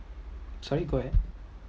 sorry go ahead